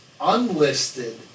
unlisted